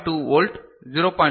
2 volt 0